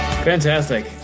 Fantastic